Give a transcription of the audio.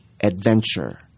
adventure